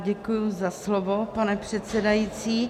Děkuji za slovo, pane předsedající.